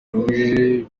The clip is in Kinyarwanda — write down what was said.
rouge